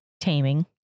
taming